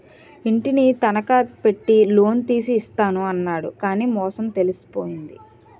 ఇంటిని తనఖా పెట్టి లోన్ తీసి ఇస్తాను అన్నాడు కానీ మోసం తెలిసిపోయింది